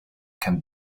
can